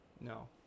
No